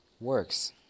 works